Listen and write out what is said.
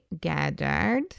gathered